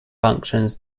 functions